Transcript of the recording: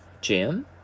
Jim